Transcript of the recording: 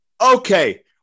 Okay